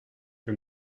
que